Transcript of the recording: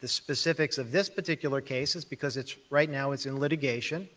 the specifics of this particular case is because it's right now it's in litigation,